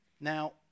Now